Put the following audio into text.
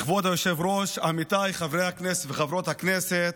כבוד היושב-ראש, עמיתיי חברי הכנסת וחברות הכנסת,